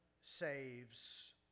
saves